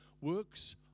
works